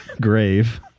grave